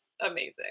amazing